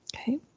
Okay